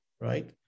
right